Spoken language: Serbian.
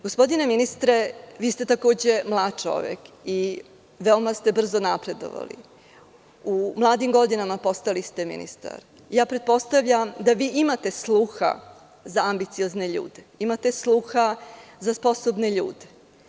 Gospodine ministre, vi ste takođe mlad čovek i veoma brzo ste napredovali, u mladim godinama postali ste ministar i pretpostavljam da vi imate sluha za ambiciozne ljude, da imate sluha za sposobne ljude.